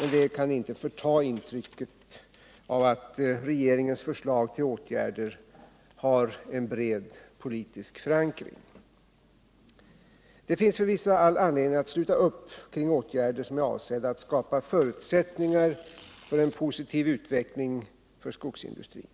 men det kan inte förta intrycket av att regeringens förslag till åtgärder har en bred politisk förankring. Det finns förvisso all anledning att sluta upp kring åtgärder som är avsedda 42 att skapa förutsättningar för en positiv utveckling för skogsindustrin.